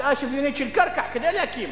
הקצאה שוויונית של קרקע כדי להקים